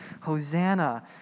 Hosanna